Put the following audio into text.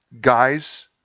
guys